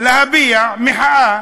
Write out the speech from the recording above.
להביע מחאה